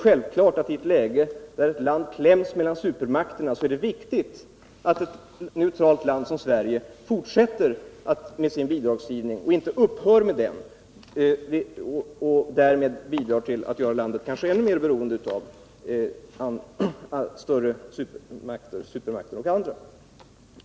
I ett läge där ett land kläms mellan supermakterna är det självfallet viktigt att ett neutralt land som Sverige fortsätter med sin bidragsgivning, inte upphör med den och därmed medverkar till att göra landet kanske ännu mer beroende av supermakter och andra.